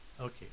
okay